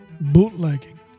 bootlegging